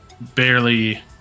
barely